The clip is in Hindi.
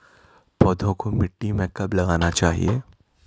पौधों को मिट्टी में कब लगाना चाहिए?